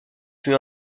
fut